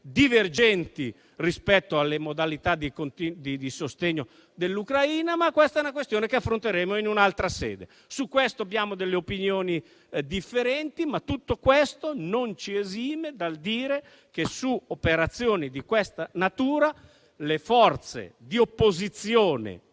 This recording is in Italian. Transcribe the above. divergenti rispetto alle modalità di sostegno dell'Ucraina, ma questa è una questione che affronteremo in un'altra sede. Su questo abbiamo delle opinioni differenti, ma tutto ciò non ci esime dal dire che su operazioni di questa natura le forze temporaneamente